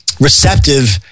receptive